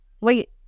wait